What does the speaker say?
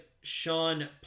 Sean